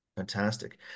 Fantastic